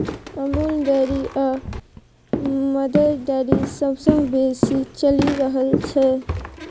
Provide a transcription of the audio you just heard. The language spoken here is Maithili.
अमूल डेयरी आ मदर डेयरी सबसँ बेसी चलि रहल छै